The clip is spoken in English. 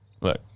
look